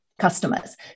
customers